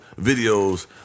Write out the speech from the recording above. videos